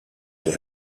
der